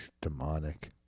demonic